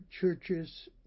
churches